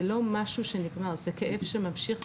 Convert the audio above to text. זה כאב שממשיך.